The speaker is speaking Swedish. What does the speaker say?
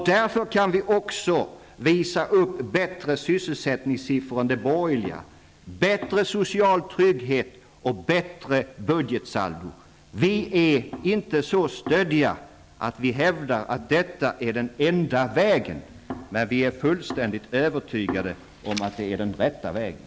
Därför kan vi också visa upp bättre sysselsättningssiffror än de borgerliga, bättre social trygghet och bättre budgetsaldo. Vi är inte så stöddiga att vi hävdar att detta är ''den enda vägen'', men vi är fullständigt övertygade om att det är den rätta vägen.